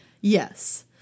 Yes